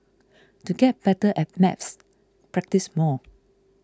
to get better at maths practise more